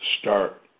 start